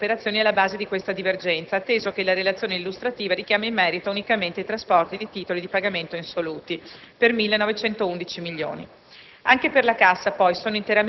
sarebbe utile acquisire il dettaglio delle operazioni alla base di questa divergenza, atteso che la relazione illustrativa richiama in merito unicamente i trasporti di titoli di pagamento insoluti (per 1.911 milioni).